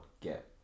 get